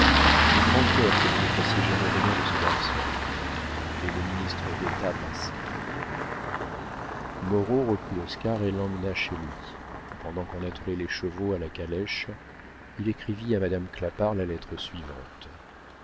j'ai grand'peur que vous ne fassiez jamais rien de ce garçon et le ministre d'état passa moreau reprit oscar et l'emmena chez lui pendant qu'on attelait les chevaux à la calèche il écrivit à madame clapart la lettre suivante